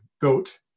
built